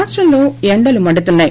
రాష్టంలో ఎండలు మండుతున్నాయి